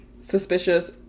suspicious